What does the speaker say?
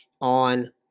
on